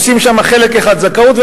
עושים שם חלק אחד זכאות,